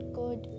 good